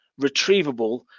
retrievable